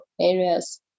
areas